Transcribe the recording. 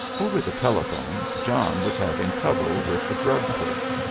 over the telephone john was having trouble with the drug clerk.